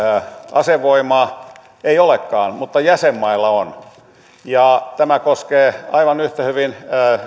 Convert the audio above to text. asevoimaa ei olekaan mutta jäsenmailla on ja tämä koskee aivan yhtä hyvin